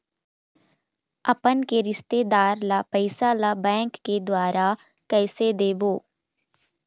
अपन के रिश्तेदार ला पैसा ला बैंक के द्वारा कैसे देबो?